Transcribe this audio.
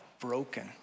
broken